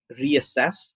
reassess